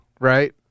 right